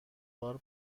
بار